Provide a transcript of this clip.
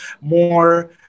more